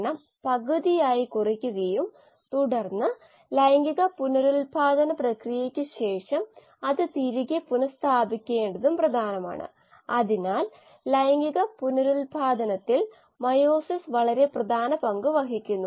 rxkx1 βx bio റിയാക്ടറിലെ എല്ലാ കോശങ്ങളും ഒരേ പ്രായത്തിലാണെന്ന് അവർ കണക്കാക്കി കോശങ്ങളിലെ പ്രായത്തിലുള്ള വ്യതിയാനങ്ങൾ ആകാം കൂടാതെ വേർതിരിക്കപ്പെട്ട മോഡലുകളിൽ വിതരണം വ്യത്യാസങ്ങൾ കണക്കിലെടുക്കുന്നു